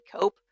cope